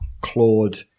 Claude